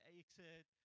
exit